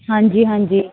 ਹਾਂਜੀ ਹਾਂਜੀ